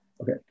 Okay